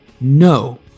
no